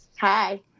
Hi